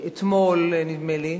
אתמול, נדמה לי,